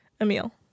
Emil